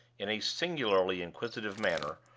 in a singularly inquisitive manner,